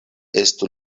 estu